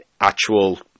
actual